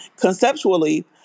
Conceptually